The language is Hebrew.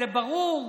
זה ברור.